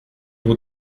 vous